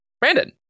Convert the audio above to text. Brandon